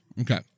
Okay